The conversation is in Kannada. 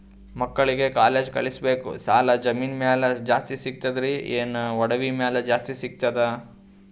ಮಕ್ಕಳಿಗ ಕಾಲೇಜ್ ಕಳಸಬೇಕು, ಸಾಲ ಜಮೀನ ಮ್ಯಾಲ ಜಾಸ್ತಿ ಸಿಗ್ತದ್ರಿ, ಏನ ಒಡವಿ ಮ್ಯಾಲ ಜಾಸ್ತಿ ಸಿಗತದ?